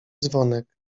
dzwonek